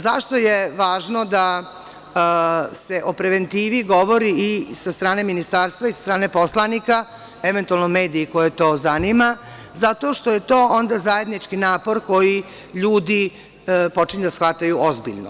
Zašto je važno da se o preventivi govori i sa strane ministarstva, i sa strane poslanika, eventualno mediji koje to zanima, zato što je to onda zajednički napor koji ljudi počinju da shvataju ozbiljno.